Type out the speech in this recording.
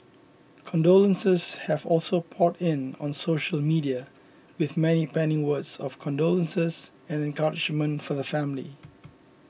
condolences have also poured in on social media with many penning words of condolences and encouragement for the family